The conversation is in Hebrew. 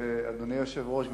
אדוני היושב-ראש,